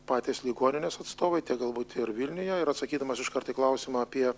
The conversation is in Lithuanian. patys ligoninės atstovai tiek galbūt ir vilniuje ir atsakydamas iškart į klausimą apie